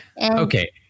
Okay